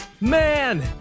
man